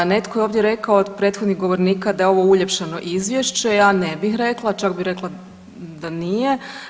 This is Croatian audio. Netko je ovdje rekao od prethodnih govornika da je ovo uljepšano izvješće, ja ne bih rekla, čak bih rekla da nije.